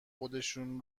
خودشون